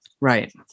right